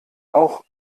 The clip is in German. auch